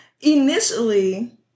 Initially